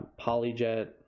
polyjet